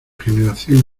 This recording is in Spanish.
generación